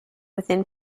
within